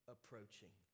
approaching